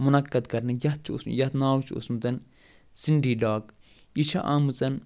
مُنقعد کرنہٕ یَتھ چھُ اوسمُت یَتھ ناو چھُ اوسمُت سِنٛڈی ڈاک یہِ چھِ آمٕژ